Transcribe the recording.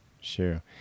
sure